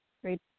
Great